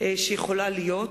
שיכולה להיות.